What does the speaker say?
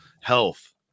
health